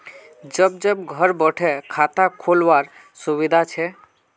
जब जब घर बैठे खाता खोल वार सुविधा छे